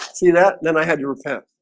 see that then i had to repent